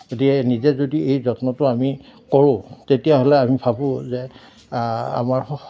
গতিকে নিজে যদি এই যত্নটো আমি কৰোঁ তেতিয়াহ'লে আমি ভাবোঁ যে আমাৰ